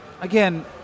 again